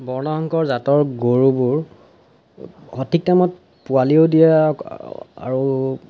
বৰ্ণসংকৰ জাতৰ গৰুবোৰ সঠিক টাইমত পোৱালীও দিয়ে আৰু